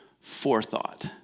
forethought